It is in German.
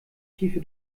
tiefe